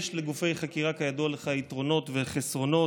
כידוע לך, יש לגופי חקירה יתרונות וחסרונות.